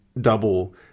double